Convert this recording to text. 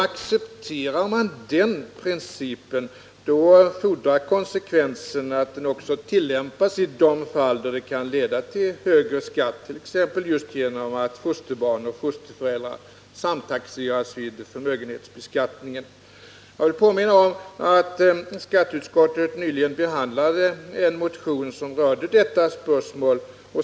Accepterar man den principen fordrar konsekvenserna att den också tillämpas i de fall då den kan leda till högre skatt, t.ex. just genom att fosterbarn och fosterföräldrar samtaxeras vid förmögenhetsbeskattningen. Jag vill påminna om att skatteutskottet nyligen behandlade en motion som berörde detta spörsmål.